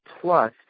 plus